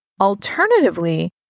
Alternatively